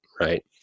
right